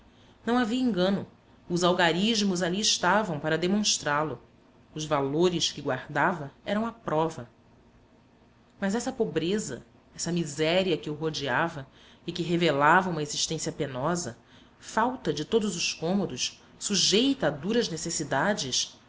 não havia engano os algarismos ali estavam para demonstrá lo os valores que guardava eram a prova mas essa pobreza essa miséria que o rodeava e que revelava uma existência penosa falta de todos os cômodos sujeita a duras necessidades